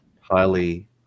highly